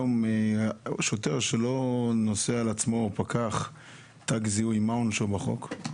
או פקח שלא נושאים תג זיהוי, מה עונשם בחוק?